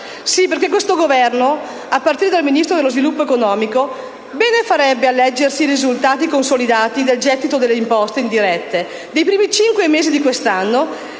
Sì, perché questo Governo, a partire dal Ministro dello sviluppo economico, farebbe bene a leggersi i risultati consolidati del gettito delle imposte indirette dei primi cinque mesi del